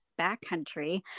backcountry